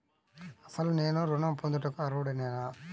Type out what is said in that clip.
అసలు నేను ఋణం పొందుటకు అర్హుడనేన?